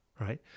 right